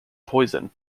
poison